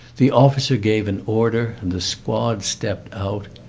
the officer gave an order and the squad stepped out.